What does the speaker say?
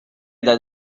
that